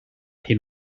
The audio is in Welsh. hyn